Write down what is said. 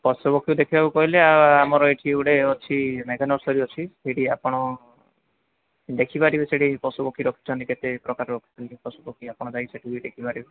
ପଶୁପକ୍ଷୀ ଦେଖିବାକୁ କହିଲେ ଆମର ଏଠି ଗୋଟେ ଅଛି ଅଛି ସେଇଠି ଆପଣ ଦେଖିପାରିବେ ସେଇଠି ପଶୁପକ୍ଷୀ ରଖିଛନ୍ତି କେତେ ପ୍ରକାରର ରଖିଛନ୍ତି ପଶୁପକ୍ଷୀ ଆପଣ ଯାଇକି ସେଠି ବି ଦେଖିପାରିବେ